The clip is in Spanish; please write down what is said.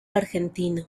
argentino